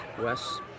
Wes